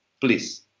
Please